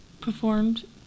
performed